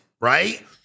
right